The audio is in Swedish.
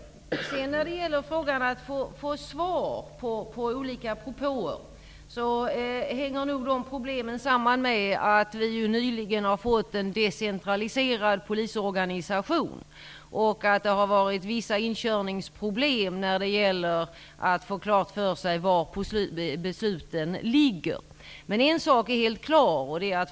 Problemet att få svar på olika propåer hänger nog samman med att vi nyligen fick en decentraliserad polisorganisation. Det har funnits vissa inkörningssvårigheter när det gällt att få klart för sig var besluten ligger. En sak är helt klar.